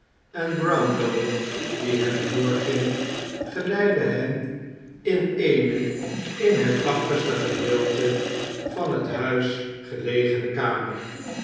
en brownlow die hen voorging geleidde hen in eene in het achterste gedeelte van t huis gelegene kamer